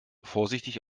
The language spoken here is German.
vorsichtig